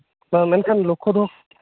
ᱥᱮᱨ ᱢᱮᱱᱠᱷᱟᱱ ᱞᱚᱠᱠᱷᱚ ᱫᱚ